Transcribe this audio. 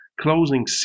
closing